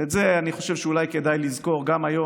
ואת זה אני חושב שאולי כדאי לזכור גם היום,